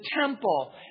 temple